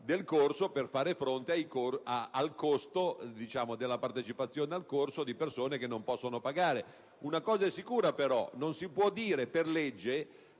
del corso per fare fronte al costo della partecipazione al corso di persone che non possono pagare. Una cosa è sicura, però: non si può dire per legge